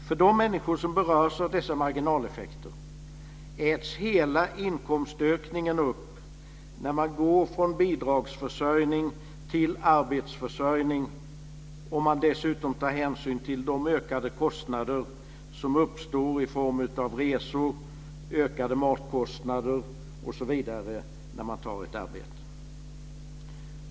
För de människor som berörs av dessa marginaleffekter äts hela inkomstökningen upp när man går från bidragsförsörjning till arbetsförsörjning om man dessutom tar hänsyn till de ökade kostnader som uppstår i form av resor och mat när man tar ett arbete.